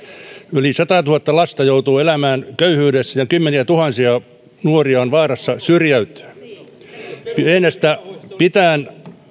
yli satatuhatta lasta joutuu elämään köyhyydessä ja kymmeniätuhansia nuoria on vaarassa syrjäytyä pienestä pitäen